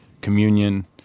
communion